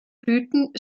blüten